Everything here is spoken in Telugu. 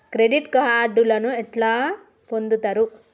క్రెడిట్ కార్డులను ఎట్లా పొందుతరు?